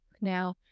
now